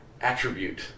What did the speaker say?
attribute